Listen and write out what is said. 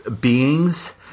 beings